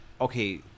okay